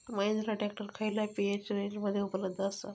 Mahindra tractor खयल्या HP रेंजमध्ये उपलब्ध आसा?